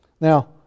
Now